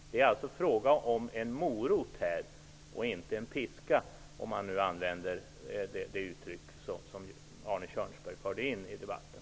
Det är alltså fråga om en morot och inte om en piska, om jag skall använda det uttryck som Arne Kjörnsberg förde in i debatten.